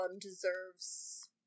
deserves